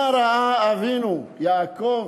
מה ראה אבינו יעקב